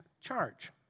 charge